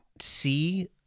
see